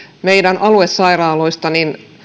meidän aluesairaaloistamme